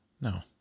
No